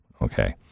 Okay